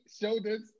shoulders